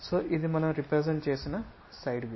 so ఇది మనం represent చేసిన సైడ్ వ్యూ